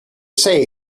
say